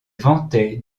ventait